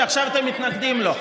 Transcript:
שעכשיו אתם מתנגדים לו,